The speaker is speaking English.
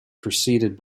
preceded